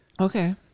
Okay